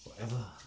forever